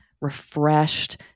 refreshed